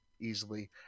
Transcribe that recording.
easily